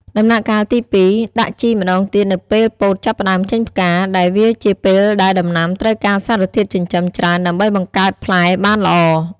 ដំណាក់កាលទី២ ដាក់ជីម្ដងទៀតនៅពេលពោតចាប់ផ្ដើមចេញផ្កា ដែលវាជាពេលដែលដំណាំត្រូវការសារធាតុចិញ្ចឹមច្រើនដើម្បីបង្កើតផ្លែបានល្អ។